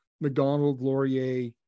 McDonald-Laurier